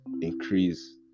increase